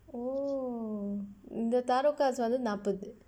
oh இந்த:indtha tarot cards வந்து நாற்பது:vandthu naarpathu